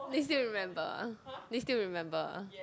they still remember they still remember